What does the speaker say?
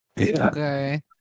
Okay